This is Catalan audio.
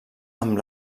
amb